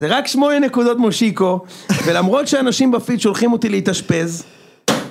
זה רק שמונה נקודות מושיקו, ולמרות שאנשים בפיד שולחים אותי להתאשפז...